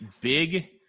big